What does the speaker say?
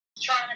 trying